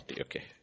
Okay